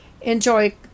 Enjoy